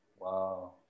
Wow